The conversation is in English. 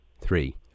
Three